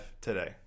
today